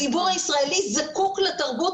הציבור הישראלי זקוק לתרבות,